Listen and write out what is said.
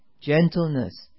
gentleness